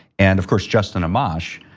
and of course, justin amash,